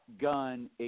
gun